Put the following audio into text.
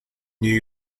new